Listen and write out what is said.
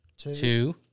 Two